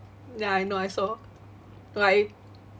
ya I know I saw like